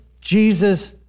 Jesus